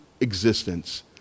existence